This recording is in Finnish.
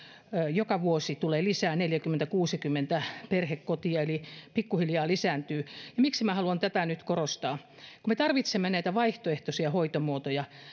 joka vuosi tulee lisää neljäkymmentä viiva kuusikymmentä perhekotia eli se pikkuhiljaa lisääntyy no miksi minä haluan tätä nyt korostaa me tarvitsemme näitä vaihtoehtoisia hoitomuotoja